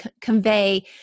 convey